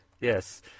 Yes